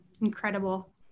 Incredible